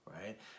right